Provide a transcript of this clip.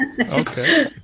Okay